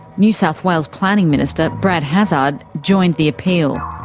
new south wales planning minister brad hazzard joined the appeal.